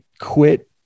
quit